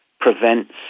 prevents